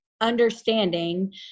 understanding